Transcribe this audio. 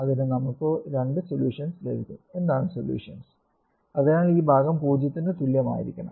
അതിനു നമുക്ക് രണ്ടു സൊല്യൂഷൻസ് ലഭിക്കും എന്താണ് സൊല്യൂഷൻസ് അതിനാൽ ഈ ഭാഗം 0 ന് തുല്യമായിരിക്കണം